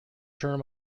term